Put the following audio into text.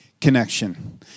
connection